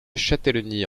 châtellenie